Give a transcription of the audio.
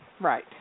Right